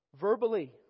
Verbally